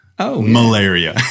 Malaria